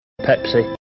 Pepsi